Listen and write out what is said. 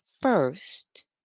first